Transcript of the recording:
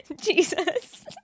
Jesus